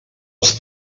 els